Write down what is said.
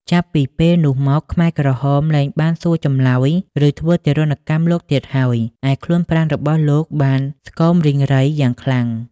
ចាប់ពីពេលនោះមក ខ្មែរក្រហមលែងបានសួរចម្លើយ ឬធ្វើទារុណកម្មលោកទៀតហើយ ឯខ្លួនប្រាណរបស់លោកបាន ស្គមរីងរៃយ៉ាងខ្លាំង។